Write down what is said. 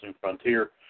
Frontier